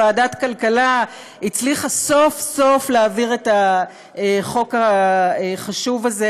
ועדת הכלכלה הצליחה סוף-סוף להעביר את החוק החשוב הזה,